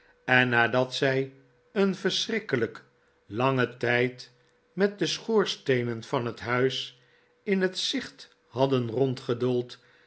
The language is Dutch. en nadat zij een verschrikkelijk langen tijd met de schoorsteenen van het huis in het zicht hadden